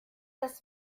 das